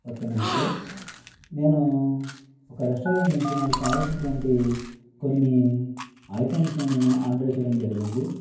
okay నమస్తే నేను ఒక రెస్టారెంట్ నుంచి నాకు కావాల్సినటువంటి కొన్ని ఐటమ్స్ను నేను ఆర్డర్ చేయడం జరిగింది